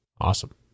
Awesome